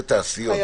זה תעשיות,